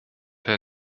herr